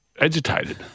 agitated